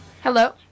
Hello